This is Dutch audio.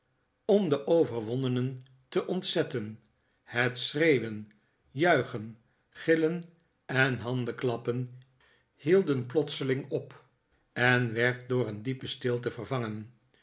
om de overwonnenen te ontzetten het schreeuwen juichen gillen en handenklappen hielden plotseling op en werd door een diepe stilte vervangen